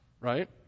Right